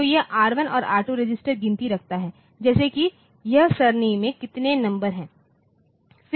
तो यह R1 और R2 रजिस्टर गिनती रखता है जैसे कि उस सरणी में कितने नंबर हैं